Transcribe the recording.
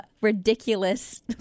ridiculous